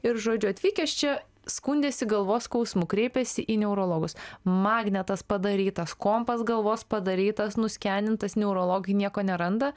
ir žodžiu atvykęs čia skundėsi galvos skausmu kreipėsi į neurologus magnetas padarytas kompas galvos padarytas nuskenintas neurologai nieko neranda